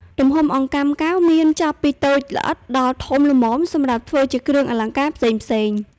ទំហំអង្កាំកែវមានចាប់ពីតូចល្អិតដល់ធំល្មមសម្រាប់ធ្វើជាគ្រឿងអលង្ការផ្សេងៗ។